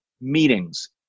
meetings